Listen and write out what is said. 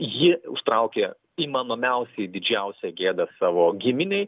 ji užtraukė įmanomiausiai didžiausią gėdą savo giminei